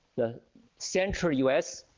the central us,